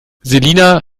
selina